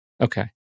Okay